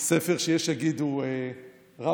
ספר שיש שיגידו שהוא רב-מכר.